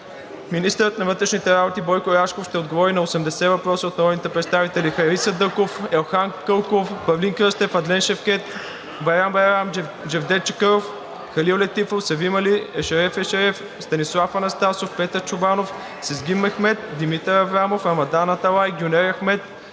Министърът на вътрешните работи Бойко Рашков ще отговори на 80 въпроса от народните представители Хайри Садъков; Елхан Кълков; Павлин Кръстев; Адлен Шевкед; Байрам Байрам; Джевдет Чакъров; Халил Летифов; Севим Али; Ешереф Ешереф; Станислав Анастасов; Петър Чобанов; Сезгин Мехмед; Димитър Аврамов; Рамадан Аталай; Гюнер Ахмед;